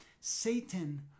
Satan